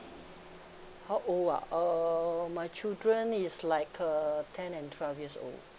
how old ah uh my children is like uh ten and twelve years old